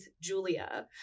Julia